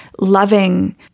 loving